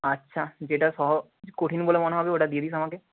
আচ্ছা যেটা সহজ কঠিন বলে মনে হবে ওটা দিয়ে দিস আমাকে